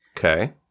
Okay